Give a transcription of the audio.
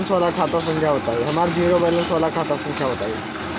हमर zero balance वाला खाता संख्या बताई?